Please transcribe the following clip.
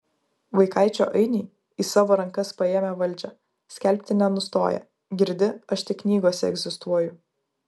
vaikaičio ainiai į savo rankas paėmę valdžią skelbti nenustoja girdi aš tik knygose egzistuoju